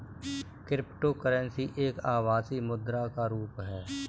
cryptocurrency एक आभासी मुद्रा का रुप है